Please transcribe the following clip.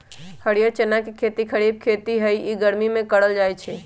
हरीयर चना के खेती खरिफ खेती हइ इ गर्मि में करल जाय छै